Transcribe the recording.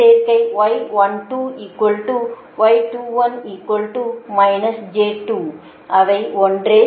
எனவே சேர்க்கை அவை ஒன்றே